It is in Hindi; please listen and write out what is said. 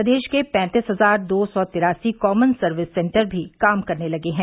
प्रदेश के पैंतीस हजार दो सौ तिरासी कॉमन सर्विस सेन्टर भी काम करने लगे हैं